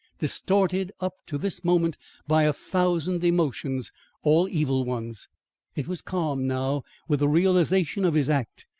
distorted up to this moment by a thousand emotions all evil ones it was calm now with the realisation of his act,